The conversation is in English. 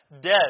dead